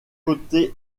côté